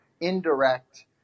indirect